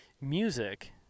music